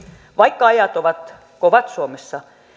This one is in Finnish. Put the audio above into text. vaikka ajat ovat kovat suomessa